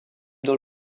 dans